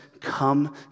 come